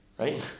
right